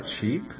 cheap